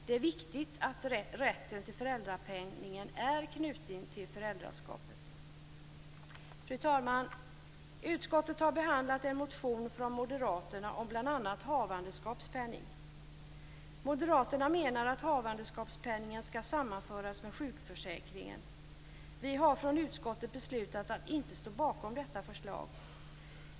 Det är viktigt att rätten till föräldrapenningen är knuten till föräldraskapet. Fru talman! Utskottet har behandlat en motion från moderaterna som bl.a. handlar om havandeskapspenningen. Moderaterna menar att havandeskapspenningen skall sammanföras med sjukförsäkringen. Från utskottets sida har vi beslutat att inte ställa oss bakom detta förslag.